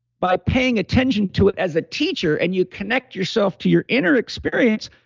by paying attention to it as a teacher and you connect yourself to your inner experience,